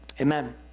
Amen